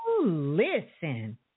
Listen